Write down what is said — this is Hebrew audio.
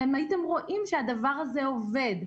אתם הייתם רואים שהדבר הזה עובד.